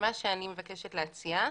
שמה שאני מבקשת להציע,